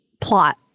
plot